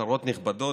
שרות נכבדות,